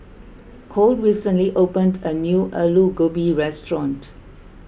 Cole recently opened a new Alu Gobi restaurant